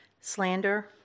slander